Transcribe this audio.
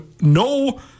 No